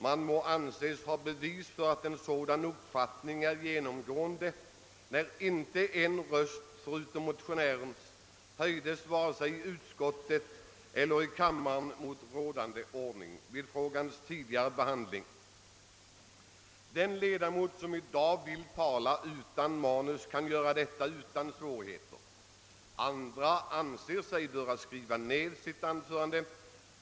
Man må anse sig ha bevis för att en sådan uppfattning är genomgående, när inte en röst förutom motionärens höjdes i vare sig utskott eller kammare mot rådande ordning vid frågans tidigare behandling. Den ledamot som i dag vill tala utan manus kan göra detta utan svårigheter. Andra anser sig böra skriva ned sitt anförande.